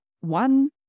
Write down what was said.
one